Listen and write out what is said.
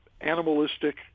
animalistic